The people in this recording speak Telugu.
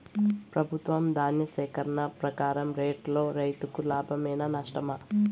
ప్రభుత్వం ధాన్య సేకరణ ప్రకారం రేటులో రైతుకు లాభమేనా నష్టమా?